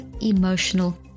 emotional